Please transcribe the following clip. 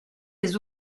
des